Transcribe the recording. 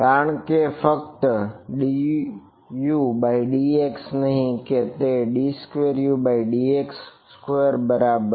કારણ કે ફક્ત dudx નહિ કે d2udx2 બરાબર